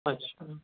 اچھا